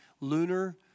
lunar